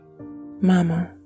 Mama